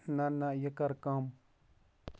نہ نہ یہِ کَر کَم